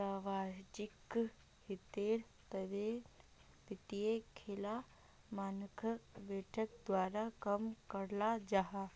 सार्वजनिक हीतेर तने वित्तिय लेखा मानक बोर्ड द्वारा काम कराल जाहा